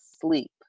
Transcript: sleep